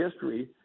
history